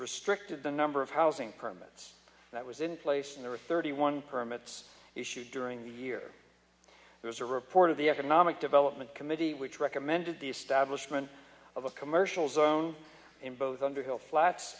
restricted the number of housing permits that was in place and there are thirty one permits issued during the year it was a report of the economic development committee which recommended the establishment of a commercial zone in both underhill flats